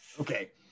Okay